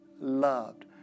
loved